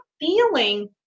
feeling